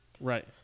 Right